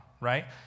right